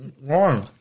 One